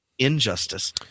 Injustice